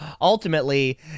Ultimately